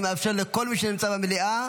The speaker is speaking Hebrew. אני מאפשר לכל מי שנמצא במליאה,